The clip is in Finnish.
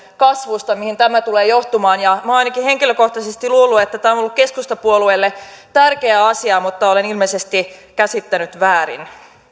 kasvusta mihin tämä tulee johtamaan ja olen ainakin henkilökohtaisesti luullut että tämä on ollut keskustapuolueelle tärkeä asia mutta olen ilmeisesti käsittänyt väärin